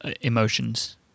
emotions